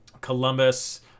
columbus